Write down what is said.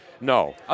No